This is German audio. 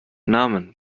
namen